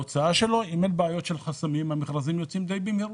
אם אין בעיות של חסמים המכרזים יוצאים די במהירות.